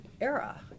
era